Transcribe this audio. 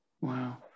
Wow